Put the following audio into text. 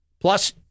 Plus